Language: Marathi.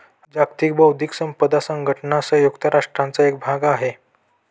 जागतिक बौद्धिक संपदा संघटना संयुक्त राष्ट्रांचा एक भाग आहे